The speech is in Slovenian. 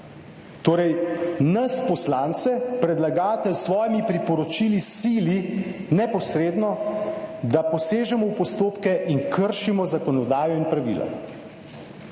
Torej, nas poslance predlagatelj s svojimi priporočili sili neposredno, da posežemo v postopke in kršimo zakonodajo in pravila.